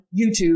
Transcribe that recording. YouTube